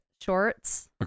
shorts